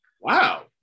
wow